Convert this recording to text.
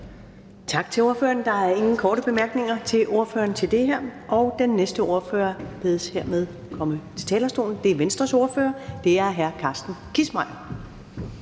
Tak til ordføreren. Der er ingen korte bemærkninger til ordføreren. Den næste ordfører bedes hermed komme til talerstolen. Det er Venstres ordfører, hr. Carsten Kissmeyer.